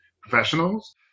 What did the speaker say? professionals